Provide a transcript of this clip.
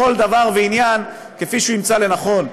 לכל דבר ועניין שימצא לנכון.